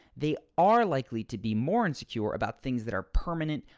they are likely to be more insecure about things that are permanent,